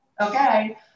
okay